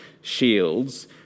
shields